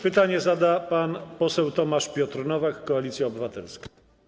Pytanie zada pan poseł Tomasz Piotr Nowak, Koalicja Obywatelska.